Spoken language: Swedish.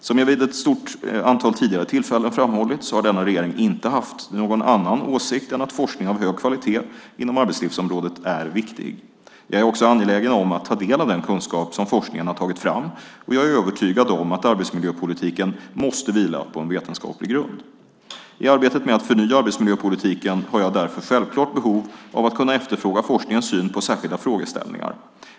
Som jag vid ett stort antal tidigare tillfällen har framhållit har denna regering inte haft någon annan åsikt än att forskning av hög kvalitet inom arbetslivsområdet är viktig. Jag är också angelägen om att ta del av den kunskap som forskningen har tagit fram, och jag är övertygad om att arbetsmiljöpolitiken måste vila på en vetenskaplig grund. I arbetet med att förnya arbetsmiljöpolitiken har jag därför självfallet behov av att kunna efterfråga forskningens syn på särskilda frågeställningar.